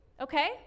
Okay